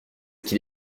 qu’il